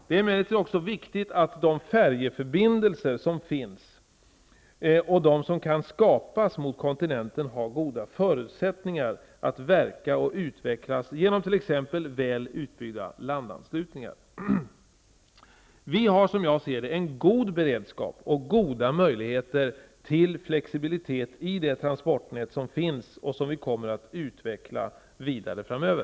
Det är emellertid också viktigt att de färjeförbindelser som finns och de som kan skapas mot kontinenten har goda förutsättningar att verka och utvecklas genom t.ex. väl utbyggda landanslutningar. Vi har, som jag ser det, en god beredskap och goda möjligheter till flexibilitet i det transportnät som finns och som vi kommer att utveckla vidare framöver.